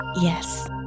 Yes